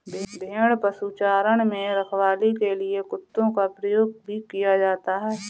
भेड़ पशुचारण में रखवाली के लिए कुत्तों का प्रयोग भी किया जाता है